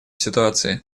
ситуации